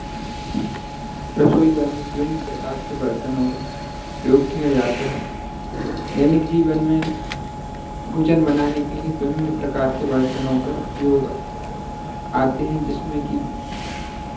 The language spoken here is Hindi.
रसोई घर में विभिन्न प्रकार के बर्तनों को प्रयोग किया जाता है दैनिक जीवन में भोजन बनाने के लिये विभिन्न प्रकार के बर्तनों के उपयोग आते हैं जिसमें कि